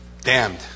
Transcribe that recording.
damned